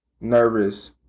nervous